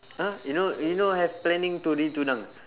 !huh! you no you no have planning to re-tunang